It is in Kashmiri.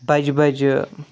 بَجہِ بَجہِ